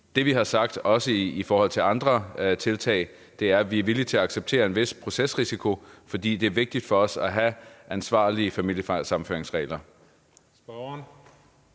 Det, vi har sagt, også om andre tiltag, er, at vi er villige til at acceptere en vis procesrisiko, fordi det er vigtigt for os at have ansvarlige familiesammenføringsregler.